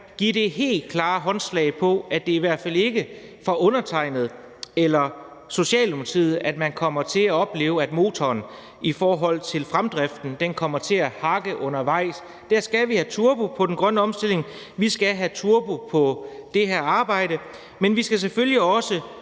give det helt klare håndslag på, at det i hvert fald ikke er fra undertegnedes side eller fra socialdemokratisk side, at man kommer til at opleve, at motoren i forhold til fremdriften kommer til at hakke undervejs. Vi skal have turbo på den grønne omstilling, vi skal have turbo på det her arbejde, men vi skal selvfølgelig også